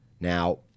now